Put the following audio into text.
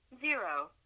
zero